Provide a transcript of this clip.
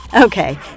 Okay